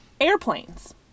Airplanes